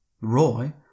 Roy